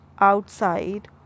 outside